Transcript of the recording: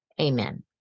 Amen